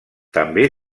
també